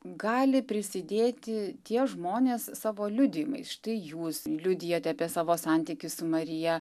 gali prisidėti tie žmonės savo liudijimais štai jūs liudijate apie savo santykį su marija